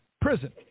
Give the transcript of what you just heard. prison